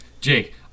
Jake